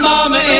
Mama